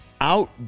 out